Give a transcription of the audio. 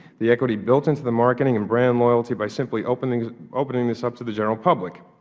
the equity built into the marketing and brand loyalty by simply opening opening this up to the general public.